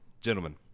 Gentlemen